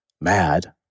mad